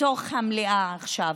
בתוך המליאה עכשיו.